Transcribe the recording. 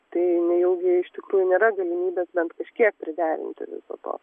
tai nejaugi iš tikrųjų nėra galimybės bent kažkiek priderinti viso to